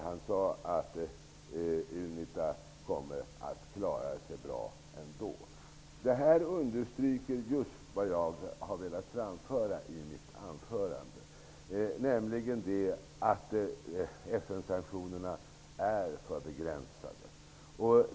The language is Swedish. Han sade att Unita kommer att klara sig bra ändå. Detta understryker just det jag ville framföra i mitt anförande, nämligen det att FN-sanktionerna är för begränsade.